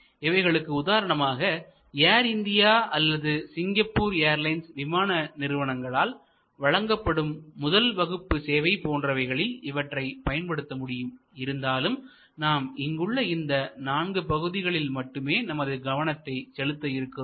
இவைகளுக்கு உதாரணமாக air India அல்லது சிங்கப்பூர் ஏர்லைன்ஸ் விமான நிறுவனங்களால் வழங்கப்படும் முதல் வகுப்பு சேவை போன்றவைகளில் இவற்றை பயன்படுத்த முடியும் இருந்தாலும் நாம் இங்குள்ள இந்த நான்கு பகுதிகளில் மட்டுமே நமது கவனத்தை செலுத்த இருக்கிறோம்